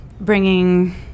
bringing